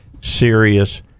serious